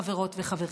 חברות וחברים: